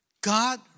God